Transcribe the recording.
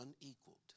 unequaled